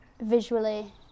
visually